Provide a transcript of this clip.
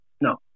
no